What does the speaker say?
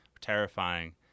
terrifying